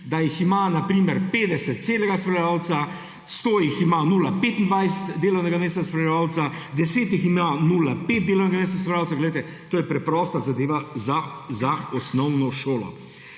da jih ima na primer 50 celega spremljevalca, 100 jih ima 0,25 delovnega mesta spremljevalca, 10 jih ima 0,5 delovnega mesta spremljevalca. To je preprosta zadeva za osnovno šolo.